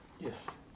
Yes